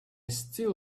still